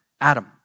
Adam